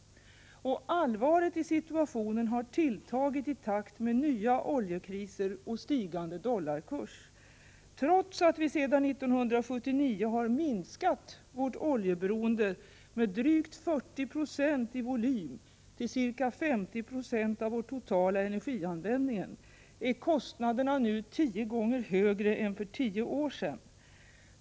Och allvaret i situationen har tilltagit i takt med nya oljekriser och stigande dollarkurs. Trots att vi sedan 1979 minskat vårt oljeberoende med drygt 40 96 i volym till ca 50 96 av vår totala energianvändning är kostnaderna nu tio gånger högre än för tio år sedan.